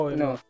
no